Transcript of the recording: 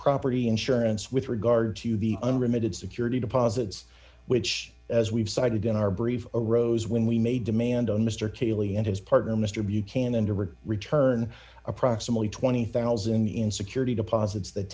property insurance with regard to the unlimited security deposits which as we've cited in our brief arose when we made demand on mr cayley and his partner mr buchanan to return return approximately twenty thousand in security deposits th